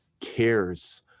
cares